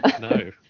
no